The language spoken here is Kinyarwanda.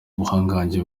ubuhangange